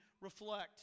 reflect